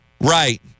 Right